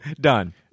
Done